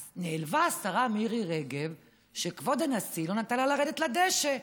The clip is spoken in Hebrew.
אז נעלבה השרה מירי רגב שכבוד הנשיא לא נתן לה לרדת לדשא.